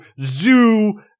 zoo